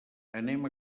anem